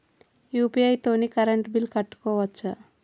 UPI తోని current bill కట్టుకోవచ్ఛా?